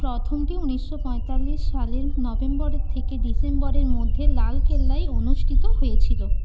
প্রথমটি উনিশশো পঁয়তাল্লিশ সালের নভেম্বরের থেকে ডিসেম্বরের মধ্যে লালকেল্লায় অনুষ্ঠিত হয়েছিল